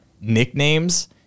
nicknames